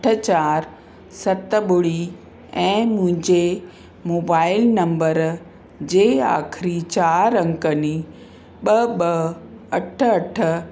अठ चारि सत ॿुड़ी ऐं मुंहिंजे मोबाइल नम्बर जे आख़िरी चारि अंकनी ॿ ॿ अठ अठ